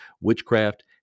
witchcraft